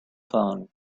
phone